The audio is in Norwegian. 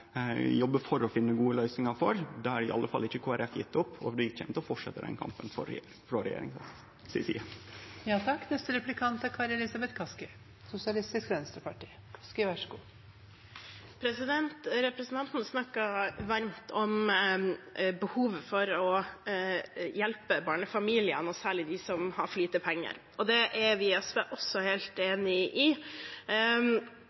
for å finne gode løysingar for. Det har i alle fall ikkje Kristeleg Folkeparti gjeve opp, og vi kjem til å fortsetje den kampen frå regjeringa si side. Representanten snakket varmt om behovet for å hjelpe barnefamiliene, og særlig de som har for lite penger. Det er vi i SV også helt